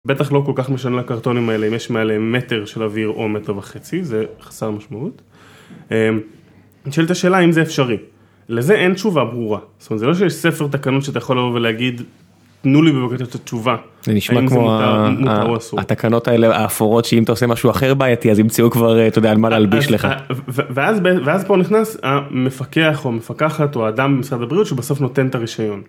בטח לא כל כך משנה לקרטונים האלה, אם יש מעלה מטר של אוויר או מטר וחצי, זה חסר משמעות. אני שואל את השאלה האם זה אפשרי, לזה אין תשובה ברורה, זאת אומרת זה לא שיש ספר תקנות שאתה יכול לבוא ולהגיד תנו לי בבקשה את התשובה. זה נשמע כמו התקנות האלה האפורות שאם אתה עושה משהו אחר בעייתי אז ימצאו כבר אתה יודע מה להלביש לך. ואז פה נכנס המפקח או המפקחת או האדם במשרד הבריאות שבסוף נותן את הרישיון.